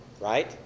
right